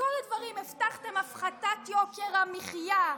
מכל הדברים, הבטחתם הפחתת יוקר המחיה,